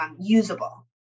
usable